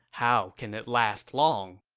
how can it last long?